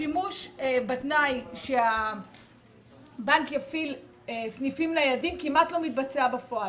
השימוש בתנאי שהבנק יפעיל סניפים ניידים כמעט לא מתבצע בפועל.